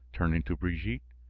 turning to brigitte.